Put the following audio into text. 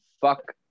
fuck